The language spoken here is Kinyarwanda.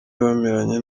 bameranye